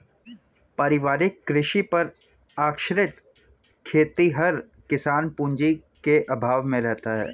पारिवारिक कृषि पर आश्रित खेतिहर किसान पूँजी के अभाव में रहता है